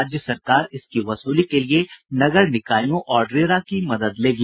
राज्य सरकार इसकी वसूली के लिए नगर निकायों और रेरा की मदद लेगी